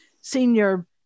senior